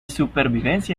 supervivencia